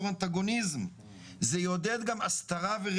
בהסדר הנוכחי אדם שלא חוסן ונכנס לבידוד בגין עצמו ולא בגין ילדו,